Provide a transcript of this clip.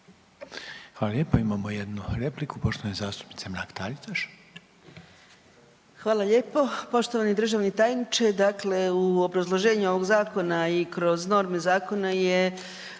Hvala lijepo. Imamo jednu repliku, poštovane zastupnice Mrak-Taritaš. **Mrak-Taritaš, Anka (GLAS)** Hvala lijepo. Poštovani državni tajniče, dakle u obrazloženju ovog Zakona i kroz norme zakona je